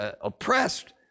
oppressed